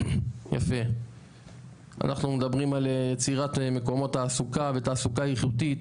אנחנו מדברים על יצירת מקומות תעסוקה ותעסוקה איכותית.